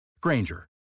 Granger